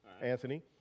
Anthony